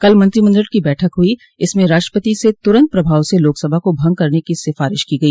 कल मंत्रिमंडल की बैठक हुई इसमें राष्ट्रपति से तुरंत प्रभाव से लोकसभा को भंग करने की सिफारिश की गई